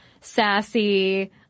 sassy